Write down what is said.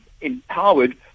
empowered